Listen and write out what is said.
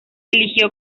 eligió